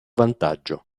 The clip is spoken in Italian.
vantaggio